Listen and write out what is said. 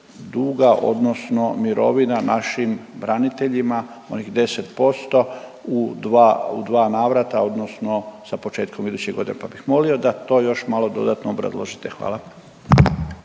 duga odnosno mirovina našim braniteljima onih 10% u dva, u dva navrata odnosno sa početkom iduće godine. Pa bih molio da to još malo dodatno obrazložite. Hvala.